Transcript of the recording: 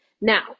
now